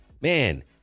man